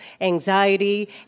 anxiety